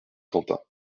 quentin